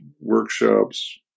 workshops